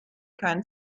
keinen